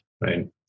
right